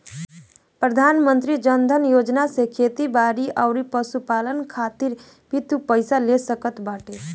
प्रधानमंत्री जन धन योजना से खेती बारी अउरी पशुपालन खातिर भी तू पईसा ले सकत बाटअ